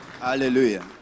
hallelujah